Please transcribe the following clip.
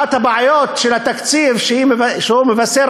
אחת הבעיות של התקציב היא שהוא מבשר